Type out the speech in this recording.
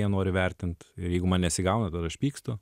jie nori vertint ir jeigu man nesigauna tada aš pykstu